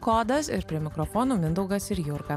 kodas ir prie mikrofono mindaugas ir jurga